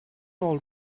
all